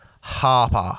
Harper